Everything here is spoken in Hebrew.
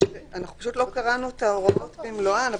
פשוט לא קראנו את ההוראות במלואן,